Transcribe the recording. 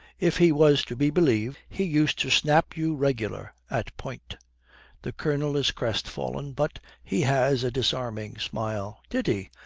if he was to be believed, he used to snap you regular at point the colonel is crestfallen, but he has a disarming smile. did he?